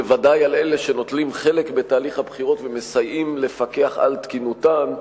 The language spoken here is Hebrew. בוודאי על אלה שנוטלים חלק בתהליך הבחירות ומסייעים לפקח על תקינותן,